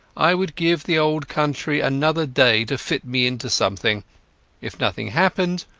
i would give the old country another day to fit me into something if nothing happened,